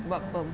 buat perm